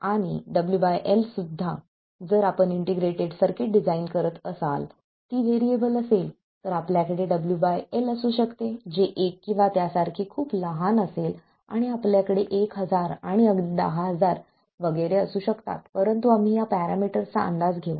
आणि हे WL सुद्धा जर आपण इंटिग्रेटेड सर्किट डिझाइन करत असाल ती व्हेरिएबल असेल तर आपल्याकडे WL असू शकते जे एक किंवा त्यासारखे खूप लहान असेल आणि आपल्याकडे 1000 आणि अगदी 10000 वगैरे असू शकतात परंतु आम्ही या पॅरामीटर्सचा अंदाज घेऊ